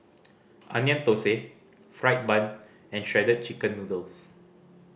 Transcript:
Onion Thosai fried bun and Shredded Chicken Noodles